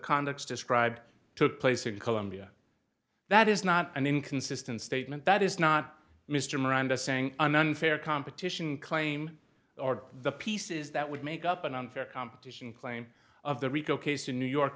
conduct described took place in colombia that is not an inconsistent statement that is not mr miranda saying an unfair competition claim or the pieces that would make up an unfair competition claim of the rico case in new york